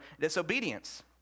disobedience